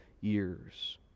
years